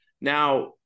Now